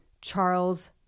Charles